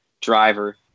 Driver